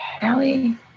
Allie